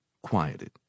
quieted